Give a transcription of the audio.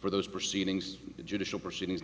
for those proceedings judicial proceedings